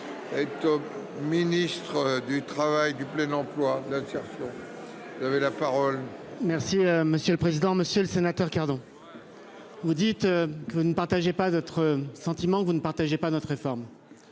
Ministre du Travail, du plein emploi d'insertion. Vous avez la parole. Merci monsieur le président, Monsieur le Sénateur cardan. Vous dites que ne partageait pas être sentiment que vous ne partagez pas notre réforme.